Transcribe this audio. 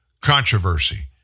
Controversy